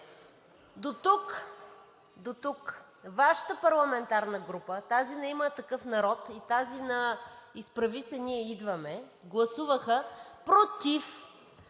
Дотук Вашата парламентарна група, тази на „Има такъв народ“ и тази „Изправи се БГ! Ние идваме!“ гласуваха против